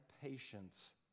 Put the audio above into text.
patience